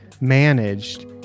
managed